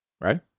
Right